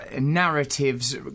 narratives